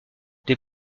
des